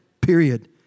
period